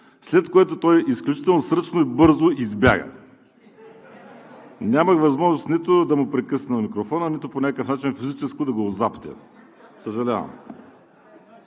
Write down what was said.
след което той изключително сръчно и бързо избяга. (Смях.) Нямах възможност нито да му прекъсна микрофона, нито по някакъв начин физически да го озаптя, съжалявам.